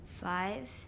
Five